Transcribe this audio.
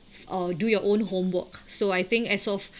or do your own homework so I think as of